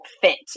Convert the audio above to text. fit